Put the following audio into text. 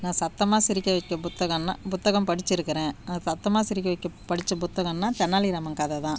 நான் சத்தமாக சிரிக்க வைக்க புத்தகன்னால் புத்தகம் படிச்சுருக்குறேன் நான் சத்தமாக சிரிக்க வைக்க படித்த புத்தகம்னால் தெனாலிராமன் கதைதான்